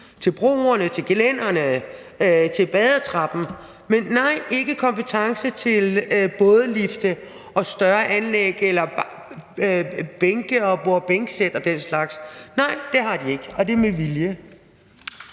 til broerne, til gelænderne, til badetrappen, men nej, de har ikke kompetencen til bådelifte og større anlæg eller bænke og borde-bænke-sæt og den slags. Nej, det har de ikke, og det er med vilje.